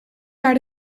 naar